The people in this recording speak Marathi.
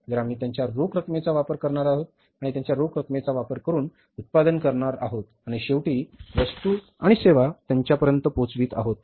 तर आम्ही त्यांच्या रोख रकमेचा वापर करणार आहोत आणि त्यांच्या रोख रकमेचा वापर करून उत्पादन तयार करणार आहोत आणि शेवटी वस्तू आणि सेवा त्यांच्यापर्यंत पोचवित आहोत